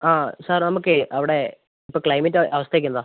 ആ സർ നമുക്കേ അവിടെ ഇപ്പോൾ ക്ലൈമറ്റ് അവസ്ഥയൊക്കെ എന്താണ്